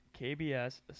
KBS